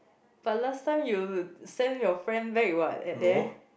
but last time you send your friend back what at there